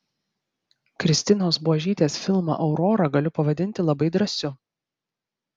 kristinos buožytės filmą aurora galiu pavadinti labai drąsiu